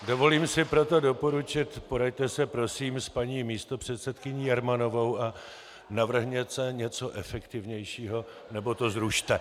Dovolím si proto doporučit, poraďte se, prosím, s paní místopředsedkyní Jermanovou a navrhněte něco efektivnějšího, nebo to zrušte.